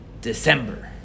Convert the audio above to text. December